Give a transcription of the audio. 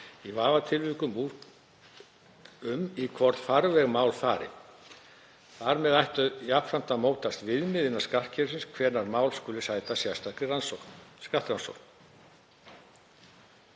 í vafatilvikum úr um í hvorn farveg mál fari. Þar með ættu jafnframt að mótast viðmið innan skattkerfisins um hvenær mál skuli sæta sérstakri skattrannsókn.